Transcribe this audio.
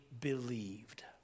believed